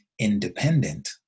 Independent